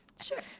Sure